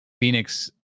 phoenix